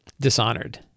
Dishonored